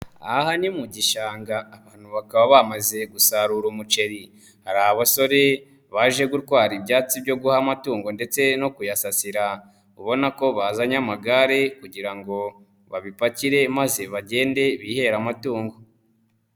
Aha ni mu gishanga abantu bakaba bamaze gusarura umuceri, hari abasore baje gutwara ibyatsi byo guha amatungo ndetse no kuyasasira, Subona ko bazanye amagare kugira ngo babipakire maze bagende bihera amatungo.